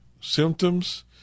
symptoms